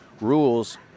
rules